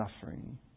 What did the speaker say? suffering